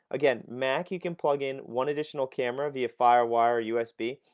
again, mac you can plugin one additional camera via firewire or usb.